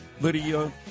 Lydia